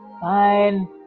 Fine